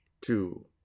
two